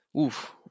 Oof